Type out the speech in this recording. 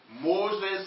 Moses